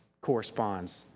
corresponds